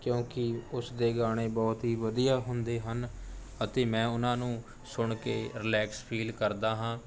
ਕਿਉਂਕਿ ਉਸ ਦੇ ਗਾਣੇ ਬਹੁਤ ਹੀ ਵਧੀਆ ਹੁੰਦੇ ਹਨ ਅਤੇ ਮੈਂ ਉਹਨਾਂ ਨੂੰ ਸੁਣ ਕੇ ਰਿਲੈਕਸ ਫ਼ੀਲ ਕਰਦਾ ਹਾਂ